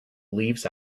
leaves